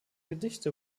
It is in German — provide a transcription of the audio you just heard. gedichte